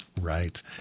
Right